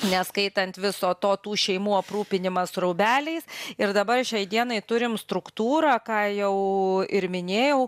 neskaitant viso to tų šeimų aprūpinimas rūbeliais ir dabar šiai dienai turim struktūrą ką jau ir minėjau